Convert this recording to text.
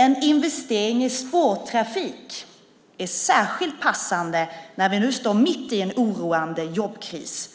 En investering i spårtrafik är särskilt passande när vi nu står mitt i en oroande jobbkris